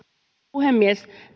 puhemies